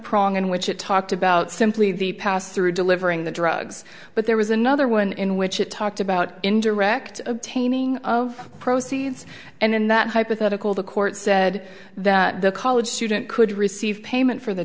prong in which it talked about simply the pass through delivering the drugs but there was another one in which it talked about indirect obtaining of proceeds and in that hypothetical the court said that the college student could receive payment for the